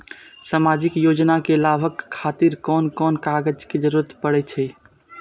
सामाजिक योजना के लाभक खातिर कोन कोन कागज के जरुरत परै छै?